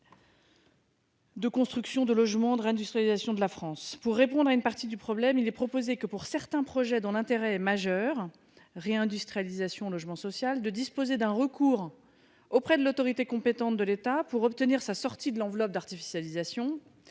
de construction de logements et de réindustrialisation de la France. Pour répondre à une partie du problème, il est proposé, pour certains projets dont l'intérêt est majeur- réindustrialisation, logement social, etc. -, de disposer d'un recours auprès de l'autorité compétente de l'État pour obtenir leur sortie de l'enveloppe d'artificialisation,